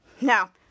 now